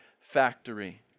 factory